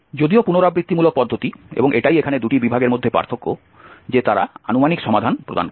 যদিও পুনরাবৃত্তিমূলক পদ্ধতি এবং এটাই এখানে দুটি বিভাগের মধ্যে পার্থক্য যে তারা আনুমানিক সমাধান প্রদান করে